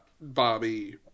Bobby